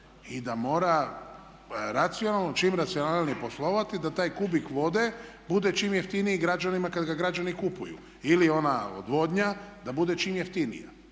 i da mora racionalno, čim racionalnije poslovati da taj kubik vode bude čim jeftiniji građanima kada ga građani kupuju. Ili ona odvodnja da bude čim jeftinija.